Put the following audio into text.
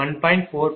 16° இதேபோல் Z3 p